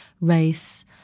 race